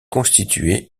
constitué